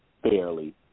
fairly